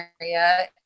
area